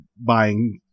buying